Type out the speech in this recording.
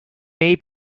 may